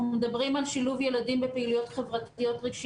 אנחנו מדברים על שילוב ילדים בפעילויות חברתיות-רגשיות